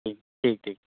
ٹھیک ٹھیک ٹھیک